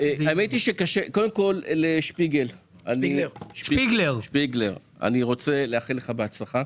קודם כול לשפיגלר, אני רוצה לאחל לך הצלחה.